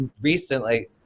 Recently